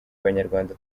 abanyarwanda